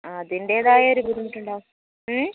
അതിൻറ്റേതായ ഒരു ബുദ്ധിമുട്ടുണ്ടാകും